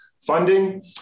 funding